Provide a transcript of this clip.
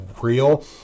real